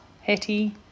Hetty